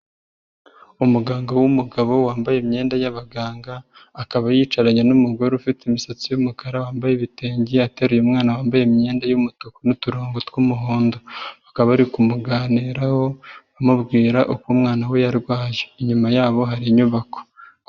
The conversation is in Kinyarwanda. Umuganga w'umugabo wambaye imyenda y'abaganga, akaba yicaranye n'umugore ufite imisatsi y'umukara wambaye ibitenge, ateruye umwana wambaye imyenda y'umutuku n'uturongo tw'umuhondo, akaba ari kumuganiraho amubwira uko umwana we yarwaye, inyuma yabo hari inyubako.